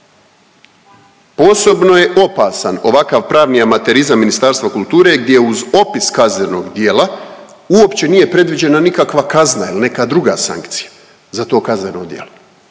Posebno je opasan ovakav pravni amaterizam Ministarstva kulture, gdje uz opis kaznenog djela uopće nije predviđena nikakva kazna ili neka druga sankcija za to kazneno djelo.